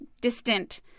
distant